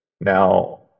Now